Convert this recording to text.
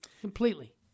Completely